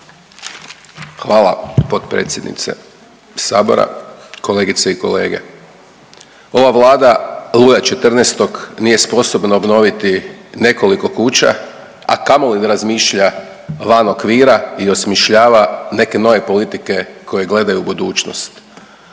Hvala potpredsjednice sabora. Kolegice i kolege, ova Vlada Luja XIV nije sposobna obnoviti nekoliko kuća, a kamoli da razmišlja van okvira i osmišljava neke nove politike koje gledaju u budućnost.